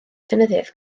llenyddiaeth